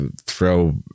throw